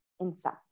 inside